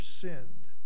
sinned